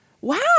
Wow